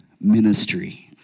ministry